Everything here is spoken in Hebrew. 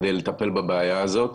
כדי לטפל בבעיה הזאת.